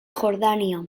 jordania